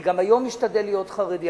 גם היום אני משתדל להיות חרדי.